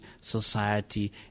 society